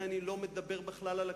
ולכן אני לא מדבר בכלל על הקיצוצים,